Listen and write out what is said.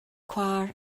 chwaer